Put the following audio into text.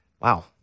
Wow